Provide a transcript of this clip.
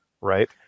Right